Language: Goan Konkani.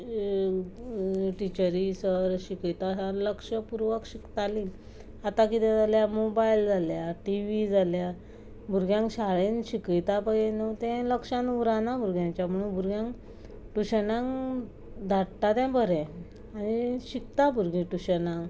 टिचरी सर शिकयता सा लक्ष पूर्वक शिकतालीं आतां कदें जाल्यार मोबायल जाल्यार टी वी जाल्यार भुरग्यांक शाळेन शिकयता पळय न्हय ते लक्षान उरना भुरग्यांच्या म्हणून भुरग्यांक ट्युशनांक धाडटा तें बरें आनी शिकता भुरगीं ट्युशनाक